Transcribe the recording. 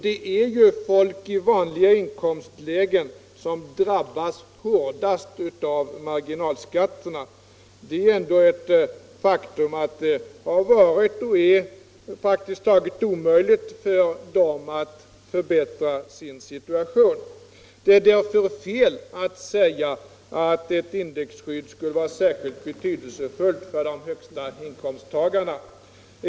Det är ju folk i vanliga inkomstlägen som drabbas hårdast av marginalskatterna, och det är ett faktum att det har varit och är praktiskt taget omöjligt för dem att förbättra sin situation. Det är därför fel att säga att ett indexskydd skulle vara särskilt betydelsefullt för de högsta inkomsttagarna.